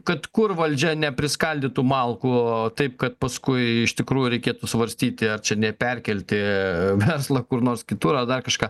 kad kur valdžia nepriskaldytų malkų taip kad paskui iš tikrųjų reikėtų svarstyti ar čia ne perkelti verslą kur nors kitur ar dar kažką